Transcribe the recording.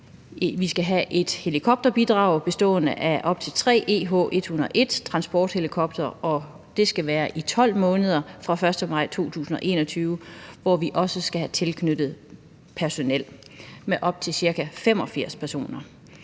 Vi skal have et helikopterbidrag bestående af op til tre EH 101-transporthelikoptere, og det skal være i 12 måneder fra den 1. maj 2021, hvor vi også skal have tilknyttet personel med op til ca. 85 personer.